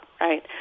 right